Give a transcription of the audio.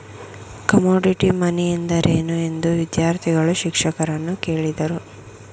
Commodity money ಎಂದರೇನು? ಎಂದು ವಿದ್ಯಾರ್ಥಿಗಳು ಶಿಕ್ಷಕರನ್ನು ಕೇಳಿದರು